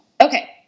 Okay